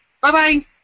Bye-bye